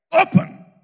open